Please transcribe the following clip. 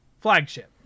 flagship